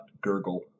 gurgle